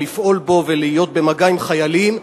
לפעול בו ולהיות במגע עם חיילים,